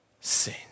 sin